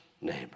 neighbor